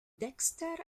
dexter